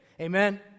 Amen